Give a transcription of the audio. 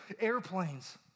airplanes